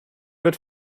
wird